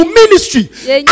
ministry